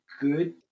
good